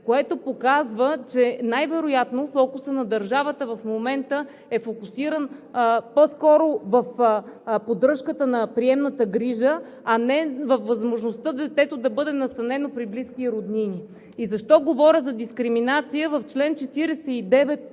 Това показва, че най-вероятно фокусът на държавата в момента е фокусиран по-скоро в поддръжката на приемната грижа, а не във възможността детето да бъде настанено при близки и роднини. Защо говоря за дискриминация? В чл. 49